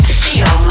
feel